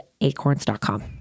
acorns.com